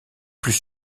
plus